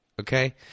Okay